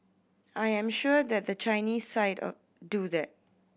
I am sure that the Chinese side do that